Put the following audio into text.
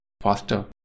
faster